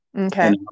Okay